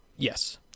Yes